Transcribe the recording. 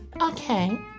Okay